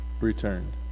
returned